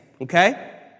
okay